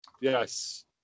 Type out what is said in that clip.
Yes